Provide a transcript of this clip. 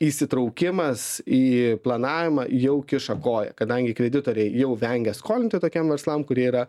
įsitraukimas į planavimą jau kiša koją kadangi kreditoriai jau vengia skolinti tokiem verslam kurie yra